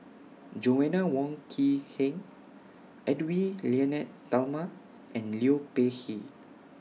Joanna Wong Quee Heng Edwy Lyonet Talma and Liu Peihe